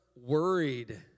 worried